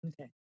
Okay